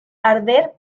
arder